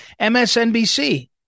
MSNBC